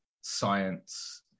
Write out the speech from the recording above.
science